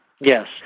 Yes